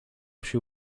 się